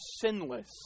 sinless